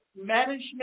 management